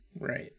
Right